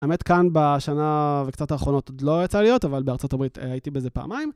האמת כאן בשנה וקצת האחרונות עוד לא יצא לי להיות, אבל בארצות הברית הייתי בזה פעמיים.